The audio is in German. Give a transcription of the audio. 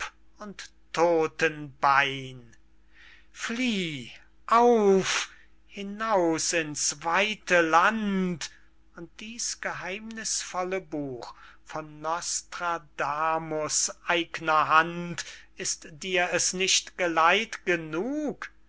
und todtenbein flieh auf hinaus ins weite land und dieß geheimnißvolle buch von nostradamus eigner hand ist dir es nicht geleit genug